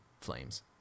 flames